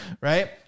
right